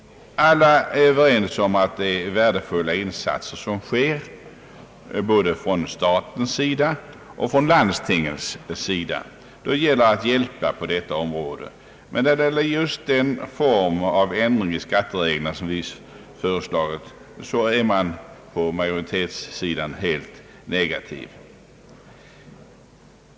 Alla är överens om att det görs värdefulla insatser både från statens och från landstingens sida för att hjälpa på detta område. Men när det gäller den form av ändring i skattereglerna som vi föreslagit är man på majoritetssidan helt negativ.